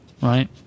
right